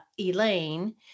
elaine